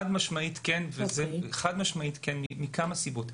חד משמעית כן מכמה סיבות.